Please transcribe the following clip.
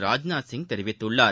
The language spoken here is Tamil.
ராஜ்நாத் சிங் தெரிவித்துள்ளார்